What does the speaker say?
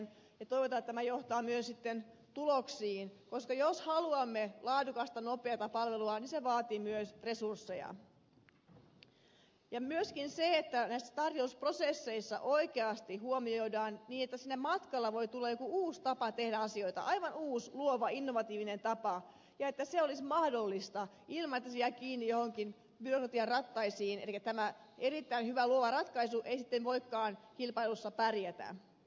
toivotaan että tämä johtaa myös sitten tuloksiin koska jos haluamme laadukasta nopeata palvelua niin se vaatii myös resursseja ja että näissä tarjousprosesseissa oikeasti huomioidaan se että siinä matkalla voi tulla joku uusi tapa tehdä asioita aivan uusi luova innovatiivinen tapa ja että se olisi mahdollista ilman että se jää kiinni johonkin byrokratian rattaisiin elikkä tämä erittäin hyvä luova ratkaisu ei sitten voikaan kilpailussa pärjätä